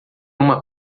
uma